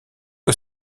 que